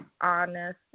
honest